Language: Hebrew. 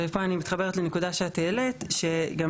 ופה אני מתחברת לנקודה שאת העלית שגם